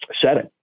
setting